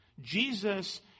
Jesus